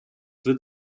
wird